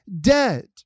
dead